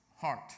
heart